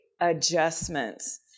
Adjustments